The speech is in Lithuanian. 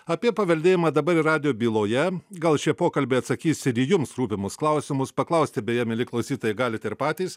apie paveldėjimą dabar ir radijo byloje gal šie pokalbiai atsakys ir į jums rūpimus klausimus paklausti beje mieli klausytojai galit ir patys